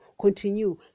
continue